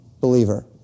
believer